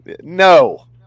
no